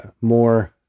more